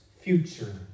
future